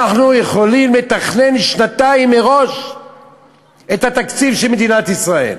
אנחנו יכולים לתכנן שנתיים מראש את התקציב של מדינת ישראל.